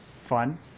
fun